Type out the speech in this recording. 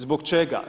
Zbog čega?